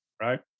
right